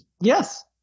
Yes